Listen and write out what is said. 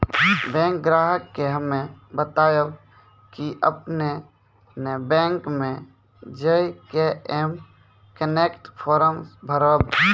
bank ग्राहक के हम्मे बतायब की आपने ने बैंक मे जय के एम कनेक्ट फॉर्म भरबऽ